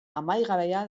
amaigabea